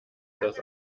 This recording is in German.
das